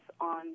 on